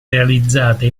realizzate